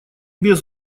без